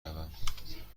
روم